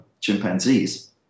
chimpanzees